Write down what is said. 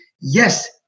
yes